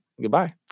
Goodbye